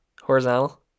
horizontal